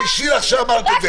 תתביישי לך שאמרת את זה.